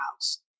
House